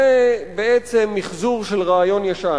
זה בעצם מיחזור של רעיון ישן.